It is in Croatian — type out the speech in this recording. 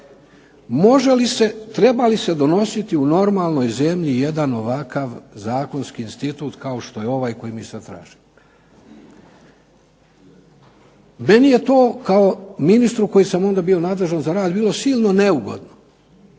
treba li se donositi u normalnoj zemlji jedan ovakav zakonski institut kao što je ovaj koji mi sad tražimo. Meni je to kao ministru koji sam onda bio nadležan za rad bilo silno neugodno